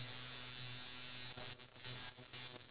a memorable experience